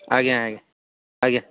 ଆଜ୍ଞା ଆଜ୍ଞା ଆଜ୍ଞା